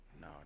no